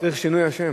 צריך שינוי השם.